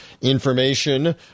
information